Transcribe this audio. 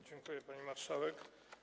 Dziękuję, pani marszałek.